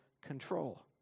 control